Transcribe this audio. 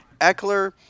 Eckler